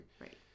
Right